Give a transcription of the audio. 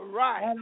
right